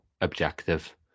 objective